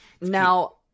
Now